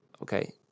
Okay